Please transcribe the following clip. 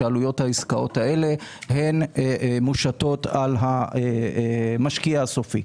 שעלויות העסקאות האלה מושתות על המשקיע הסופי.